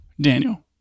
Daniel